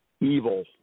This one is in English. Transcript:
evil